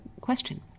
question